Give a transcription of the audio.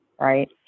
right